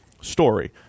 story